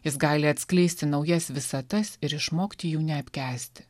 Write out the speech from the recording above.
jis gali atskleisti naujas visatas ir išmokti jų neapkęsti